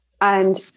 And-